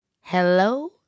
Hello